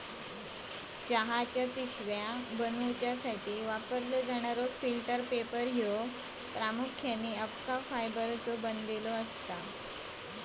चहाच्या पिशव्या बनवूसाठी वापरलो जाणारो फिल्टर पेपर ह्यो प्रामुख्याने अबका फायबरचो बनलेलो असता